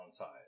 onside